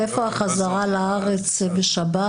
ואיפה החזרה לארץ בשבת,